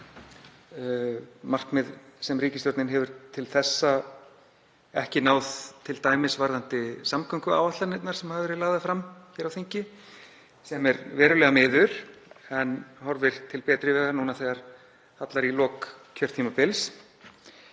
markmiðum sem ríkisstjórnin hefur til þessa ekki náð, t.d. varðandi samgönguáætlanirnar sem hafa verið lagðar fram hér á þingi, sem er verulega miður en horfir til betri vegar nú þegar hallar í lok kjörtímabils.